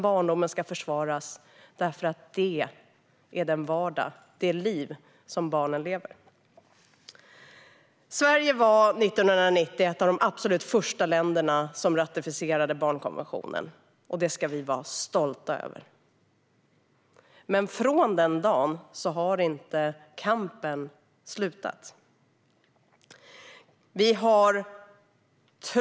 Barndomen ska försvaras därför att den är det liv som barnen lever. Sverige var 1990 ett av det absolut första länderna som ratificerade barnkonventionen, och det ska vi vara stolta över. Men kampen har inte slutat i och med det.